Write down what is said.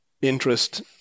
Interest